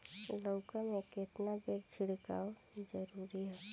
लउका में केतना बेर छिड़काव जरूरी ह?